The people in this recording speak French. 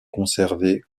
conservés